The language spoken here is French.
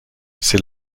c’est